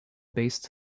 based